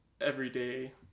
everyday